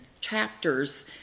chapters